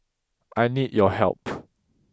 I need your help